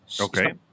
okay